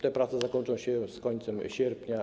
Te prace zakończą się z końcem sierpnia.